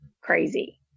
crazy